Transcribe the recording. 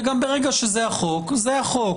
וגם ברגע שזה החוק זה החוק.